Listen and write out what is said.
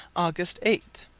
august eight